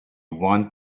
one